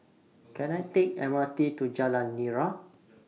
Can I Take The M R T to Jalan Nira